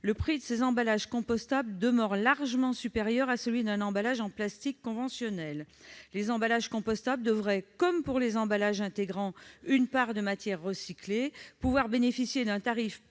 le prix de ces emballages compostables demeure largement supérieur à celui d'un emballage en plastique conventionnel. Les emballages compostables devraient, comme pour les emballages intégrant une part de matière recyclée, pouvoir bénéficier d'un tarif